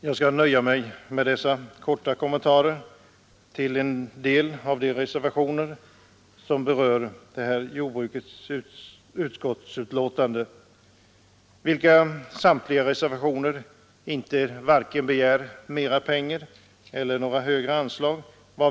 Jag skall nöja mig med dessa korta kommentarer till en del av de reservationer som berör jordbruksutskottets betänkande nr 16. Ingen av dessa reservationer begär något högre anslag.